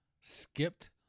Skipped